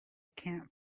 can’t